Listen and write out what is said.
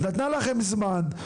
נתנה לכם זמן,